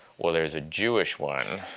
well, there's a jewish one.